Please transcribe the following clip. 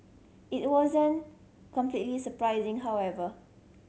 it wasn't completely surprising however